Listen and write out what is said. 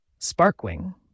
Sparkwing